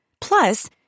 Plus